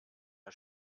der